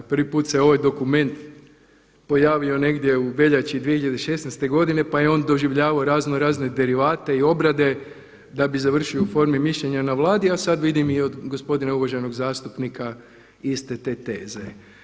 Prvi put se ovaj dokument pojavio negdje u veljači 2016. pa je on doživljavao razno razne derivate i obrade da bi završio u formi mišljenja na Vladi a sada vidim i od gospodina, uvaženog zastupnika iste te teze.